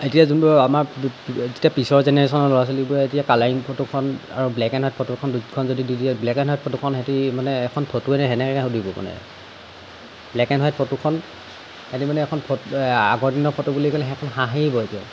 এতিয়া যোনবোৰ আমাৰ এতিয়া পিছৰ জেনেৰেশ্যনৰ ল'ৰা ছোৱালীবোৰে এতিয়া কালাৰিং ফটোখন আৰু ব্লেক এণ্ড হোৱাইট ফটোখন দুইখন যদি দি দিয়ে ব্লেক এণ্ড হোৱাইট ফটোখন সিহঁতি মানে এখন ফটোৱেইনে এনেকৈ সুধিব মানে ব্লেক এণ্ড হোৱাইট ফটোখন হেতি মানে এখন ফ আগৰ দিনৰ ফটো বুলি ক'লে সেইখন হাঁহিব এতিয়া